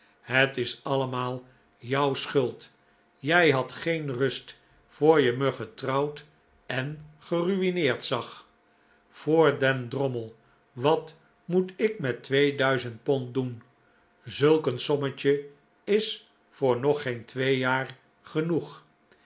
het is allemaal jouw schuld jij had geen rust voor je me getrouwd en geru'i'neerd zag voor den drommel wat moet ik met twee duizend pond doen zulk een sommetje is voor nog geen twee jaar genoeg